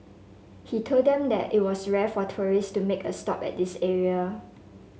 he told them that it was rare for tourist to make a stop at this area